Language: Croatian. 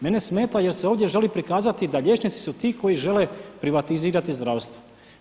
Mene smeta jer se ovdje želi prikazati da liječnici su ti koji žele privatizirati zdravstvo.